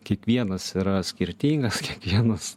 kiekvienas yra skirtingas kiekvienas